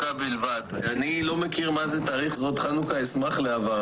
23:00.) אני פותח את ישיבת הוועדה.